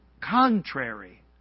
contrary